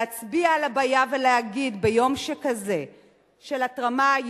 להצביע על הבעיה ולהגיד ביום כזה של התרמה,